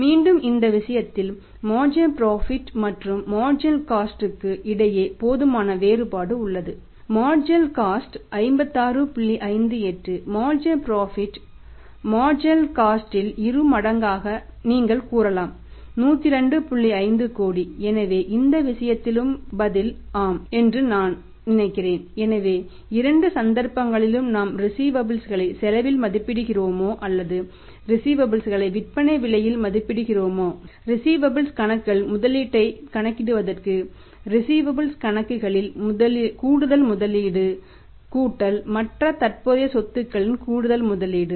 மீண்டும் இந்த விஷயத்தில் மார்ஜினல் புரோஃபிட் கணக்குகளில் கூடுதல் முதலீடு கூட்டல் மற்ற தற்போதைய சொத்துக்களின் கூடுதல் முதலீடு